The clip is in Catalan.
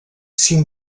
cinc